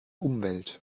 umwelt